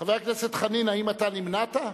חבר הכנסת חנין, האם אתה נמנעת?